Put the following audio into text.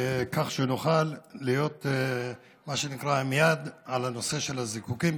כך שנוכל להיות מה שנקרא עם יד על הנושא של הזיקוקים,